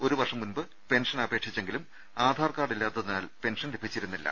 ഒരുവർഷം മുമ്പ് പെൻഷന് അപേക്ഷിച്ചെങ്കിലും ആധാർ കാർഡ് ഇല്ലാത്തതിനാൽ പെൻഷൻ ലഭിച്ചിരുന്നി ല്ല